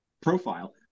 profile